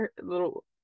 little